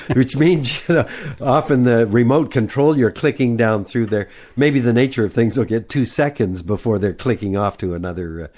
which means often the remote control, you're clicking down through. maybe the nature of things will get two seconds before they're clicking off to another.